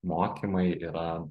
mokymai yra